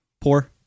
Poor